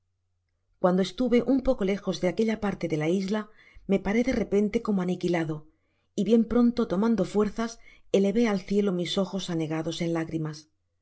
cuando estuve un poco lejos de aquella parte de la isla me paré de repente como aniquilado y bien pronto tomando fuerzas elevé al cielo mis ojos anegados en lágrimas